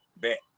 Bet